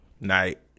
night